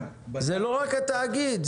זה לא רק התאגיד,